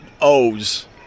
O's